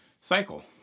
cycle